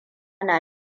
na